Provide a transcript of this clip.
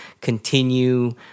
continue